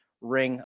ring